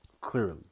clearly